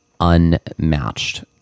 unmatched